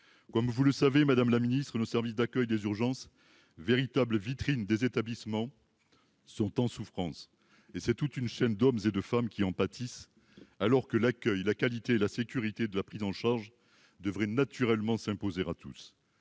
comme vous le savez, madame la ministre, une au service d'accueil des urgences, véritable vitrine des établissements sont en souffrance et c'est toute une chaîne d'hommes et de femmes qui en pâtissent, alors que l'accueil, la qualité et la sécurité de la prise en charge devrait naturellement s'imposer à tous,